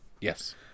Yes